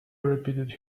repeated